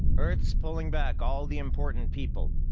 earth's pulling back all the important people.